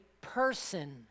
person